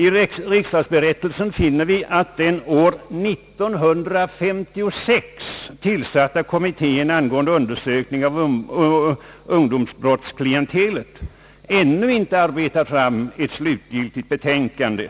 I riksdagsberättelsen finner vi att den år 1956 tillsatta kommittén angående undersökning av ungdomsbrottsklientelet ännu inte arbetat fram ett slutgiltigt betänkande.